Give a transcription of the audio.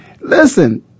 Listen